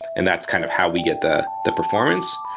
and that's kind of how we get the the performance.